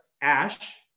ash